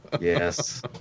Yes